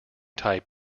type